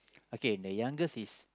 okay the youngest is